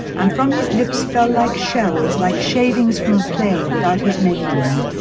um from his lips fell like shells, like shavings from a plane without his making them,